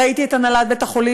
ראיתי את הנהלת בית-החולים.